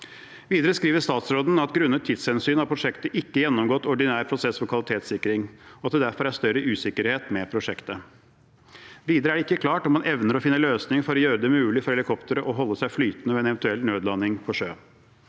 Videre skriver statsråden at grunnet tidshensyn har prosjektet ikke gjennomgått ordinær prosess for kvalitetssikring, og at det derfor er større usikkerhet med prosjektet. Videre er det ikke klart om man evner å finne løsninger for å gjøre det mulig for helikopteret å holde seg flytende ved en eventuell nødlanding på sjø.